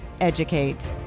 educate